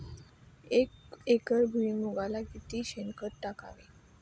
एक एकर भुईमुगाला किती शेणखत टाकावे?